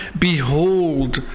behold